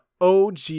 OG